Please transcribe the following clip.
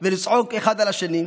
ולצעוק אחד על השני,